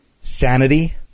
Sanity